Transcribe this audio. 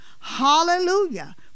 Hallelujah